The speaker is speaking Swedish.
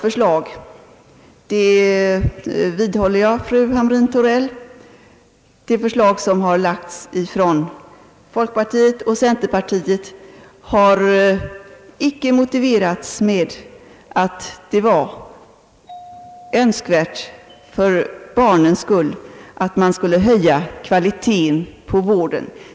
Jag vidhåller, fru Hamrin-Thorell, att de förslag som lagts fram av folkpartiet och centerpartiet icke motiverats med att det var önskvärt för barnens skull att höja kvalitén på vården.